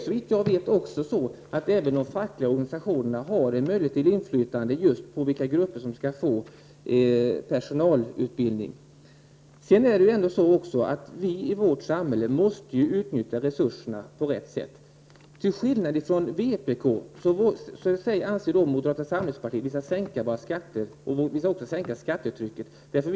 Såvitt jag vet har även de fackliga organisationerna möjlighet att utöva inflytande på vilka grupper som skall få personalutbildning. I vårt samhälle måste vi emellertid utnyttja resurserna på rätt sätt. Till skillnad från vpk anser moderata samlingspartiet att skatterna bör sänkas, så att skattetrycket blir mindre.